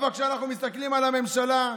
כשאנחנו מסתכלים על הממשלה,